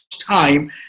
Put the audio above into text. time